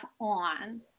on